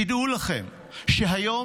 תדעו לכם שהיום